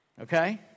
Okay